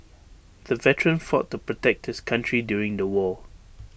the veteran fought to protect his country during the war